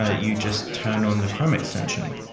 ah you just turn on the chrome extension.